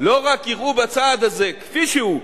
לא רק יראו בצעד הזה, כפי שהוא,